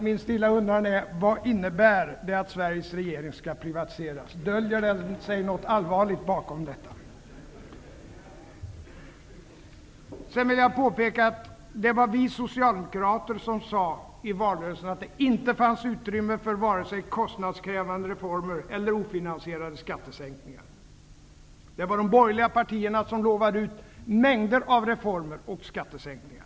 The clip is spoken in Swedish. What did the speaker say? Min stilla undran är: Vad innnebär det att Sveriges regering skall privatiseras? Döljer det sig något allvarligt bakom detta? Sedan vill jag påpeka att det var vi socialdemokrater som i valrörelsen sade att det inte fanns utrymme för vare sig kostnadskrävande reformer eller ofinansierade skattesänkingar. De borgerliga partierna lovade mängder av reformer och skattesänkningar.